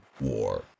war